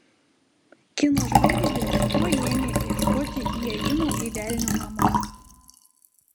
kino žvaigždės tuoj ėmė ieškoti įėjimo į velnio namus